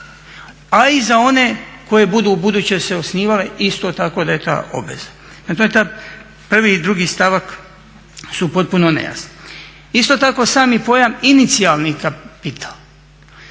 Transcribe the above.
A i za one koji budu u buduće se osnivale isto tako da je ta obveza. Prema tome, taj prvi i drugi stavak su potpuno nejasni. Isto tako sami pojam inicijalni kapital.